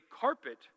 carpet